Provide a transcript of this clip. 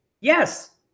Yes